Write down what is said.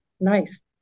Nice